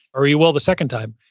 or you will the second time.